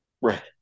Right